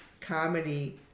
comedy